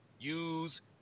use